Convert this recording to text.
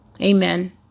amen